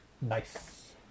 nice